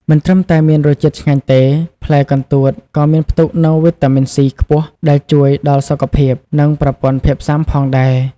មិនត្រឹមតែមានរសជាតិឆ្ងាញ់ទេ ផ្លែកន្ទួតក៏មានផ្ទុកនូវ វីតាមីន ស៊ី ខ្ពស់ ដែលជួយដល់សុខភាព និងប្រព័ន្ធភាពស៊ាំផងដែរ។